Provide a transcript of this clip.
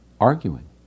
arguing